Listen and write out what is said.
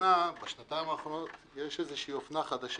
טלי היא יועצת משפטית --- היא סגנית בכירה ליועץ המשפטי